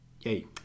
yay